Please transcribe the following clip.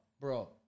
bro